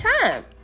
time